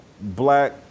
black